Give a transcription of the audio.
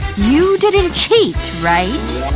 you didn't cheat, right?